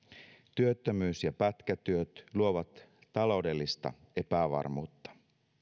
työttömyys ja pätkätyöt luovat taloudellista epävarmuutta